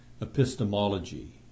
epistemology